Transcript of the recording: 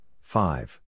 five